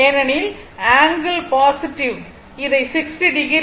ஏனெனில் angle positive இதை 60o